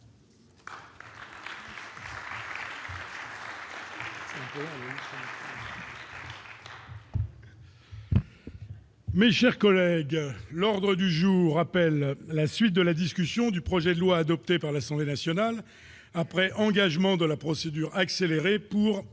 Mais, chers collègues, l'ordre du jour, appelle à la suite de la discussion du projet de loi adopté par l'Assemblée nationale après engagement de la procédure accélérée pour un État au